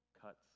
cuts